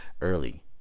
early